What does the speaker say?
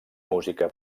música